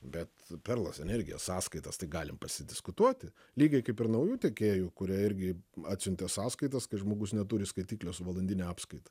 bet perlas energijos sąskaitas tai galim pasidiskutuoti lygiai kaip ir naujų tiekėjų kurie irgi atsiuntė sąskaitas kai žmogus neturi skaitiklio su valandine apskaita